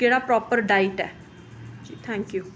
केह्ड़ा proper diet ऐ thank U